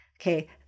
Okay